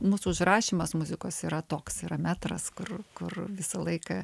mūsų užrašymas muzikos yra toks yra metras kur kur visą laiką